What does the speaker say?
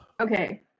Okay